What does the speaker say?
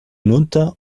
hinunter